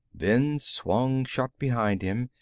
then swung shut behind him,